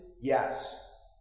yes